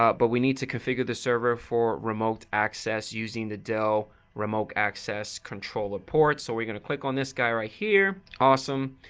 but but we need to configure the server for remote access using the dell remote access controller port so we're going to click on this guy right here. awesome.